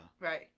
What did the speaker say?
right